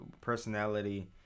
personality